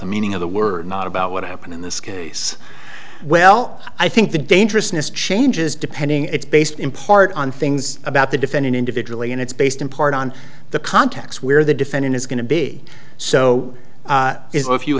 the meaning of the word not about what happened in this case well i think the dangerousness changes depending it's based in part on things about the defendant individually and it's based in part on the context where the defendant is going to be so